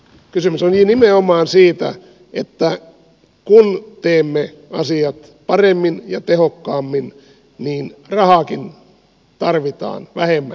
kysymys on nimenomaan siitä että kun teemme asiat paremmin ja tehokkaammin niin rahaakin tarvitaan vähemmän